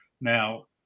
Now